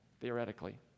theoretically